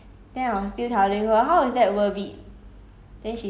I maybe two cup lah but I remember one cup damn expensive